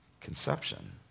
conception